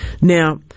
Now